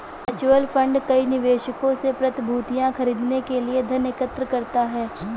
mutual fund कई निवेशकों से प्रतिभूतियां खरीदने के लिए धन एकत्र करता है